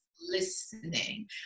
listening